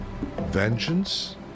vengeance